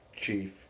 chief